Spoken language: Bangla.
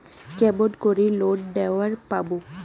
কেমন করি লোন নেওয়ার পামু?